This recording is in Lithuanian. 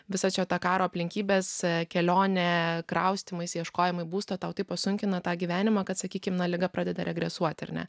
visą čia tą karo aplinkybes kelione kraustymaisi ieškojimai būsto tau taip pasunkina tą gyvenimą kad sakykime liga pradeda regresuoti ar net